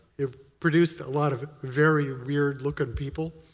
it produced a lot of very weird-looking people.